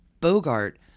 Bogart